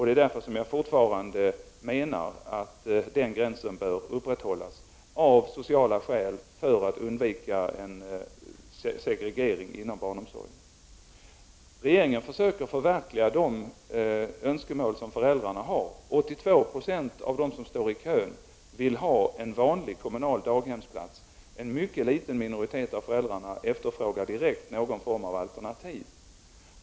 Det är därför som jag fortfarande menar att den gränsen bör upprätthållas av sociala skäl, för att undvika en segregering inom barnomsorgen. Regeringen försöker förverkliga de önskemål som föräldrarna har. 82 I av dem som står i kö vill ha en vanlig kommunal daghemsplats. En mycket liten minoritet av föräldrarna efterfrågar direkt någon form av alternativ.